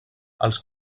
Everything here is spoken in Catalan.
els